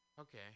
Okay